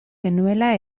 genuela